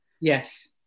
yes